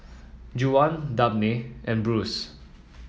Juwan Dabney and Bruce